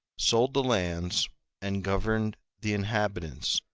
sold the lands and governed the inhabitants.